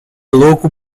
louco